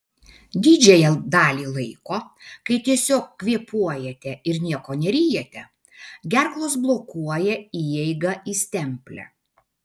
didžiąją dalį laiko kai tiesiog kvėpuojate ir nieko neryjate gerklos blokuoja įeigą į stemplę